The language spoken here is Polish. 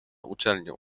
uczelnię